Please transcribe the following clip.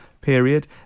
period